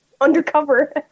undercover